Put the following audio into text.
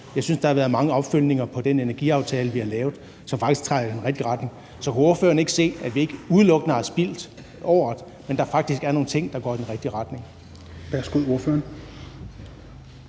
Jeg synes, at der har været mange opfølgninger på den energiaftale, vi har lavet, som faktisk trækker i den rigtige retning. Så kan ordføreren ikke se, at vi ikke udelukkende har spildt året, men at der faktisk er nogle ting, der går i den rigtige retning?